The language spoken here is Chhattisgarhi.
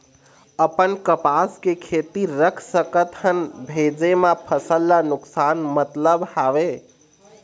अपन कपास के खेती रख सकत हन भेजे मा फसल ला नुकसान मतलब हावे?